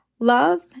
Love